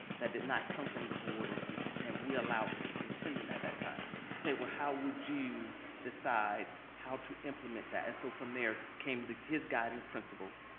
that did not come from the board or strategic plan, we allowed the superintendent at that time to say, well, how would you decide how to implement that. and so from there came his guiding principles